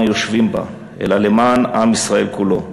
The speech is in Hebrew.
היושבים בה אלא למען עם ישראל כולו.